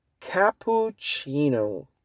Cappuccino